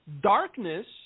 Darkness